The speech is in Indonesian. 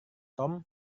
tom